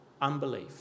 unbelief